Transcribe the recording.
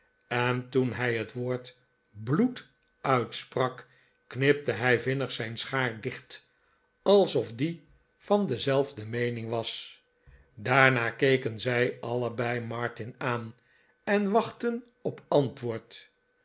en toen hij het woord bloed uitsprak knipte hij vinnig zijn schaar dicht alsof die van dezelfde meening was daarna keken zij allebei martin aan en wachtten op antwoord